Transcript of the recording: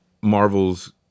Marvel's